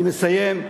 אני מסיים.